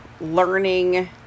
learning